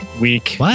week